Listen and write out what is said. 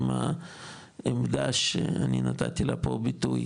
עם העמדה שאני נתתי לה פה ביטוי,